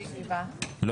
לא